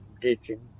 ditching